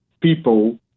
people